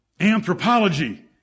Anthropology